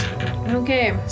Okay